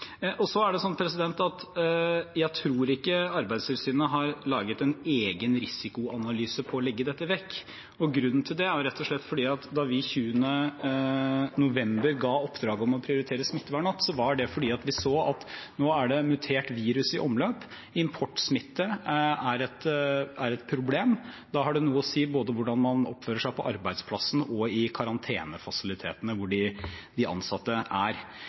Jeg tror ikke Arbeidstilsynet har laget en egen risikoanalyse av å legge dette vekk. Grunnen til det er rett og slett at da vi i november ga oppdraget om å prioritere opp smittevernet, var det fordi vi så at et mutert virus var i omløp, og at importsmitten var et problem. Hvordan man oppfører seg på arbeidsplassen og i karantenefasilitetene hvor de ansatte er,